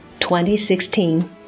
2016